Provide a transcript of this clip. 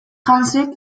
hansek